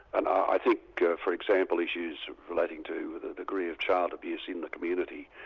and i think for example issues relating to the degree of child abuse in the community,